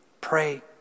pray